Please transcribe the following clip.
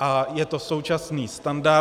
a je to současný standard.